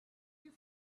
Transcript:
you